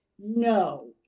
No